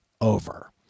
over